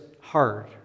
hard